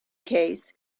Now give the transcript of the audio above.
case